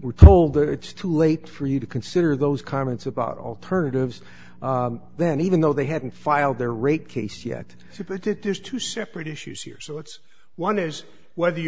were told that it's too late for you to consider those comments about alternatives then even though they hadn't filed their rate case yet so but it is two separate issues here so it's one is whether you